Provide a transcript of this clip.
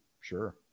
Sure